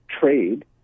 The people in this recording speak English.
trade